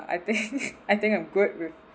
I think I think I'm good with